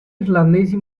irlandesi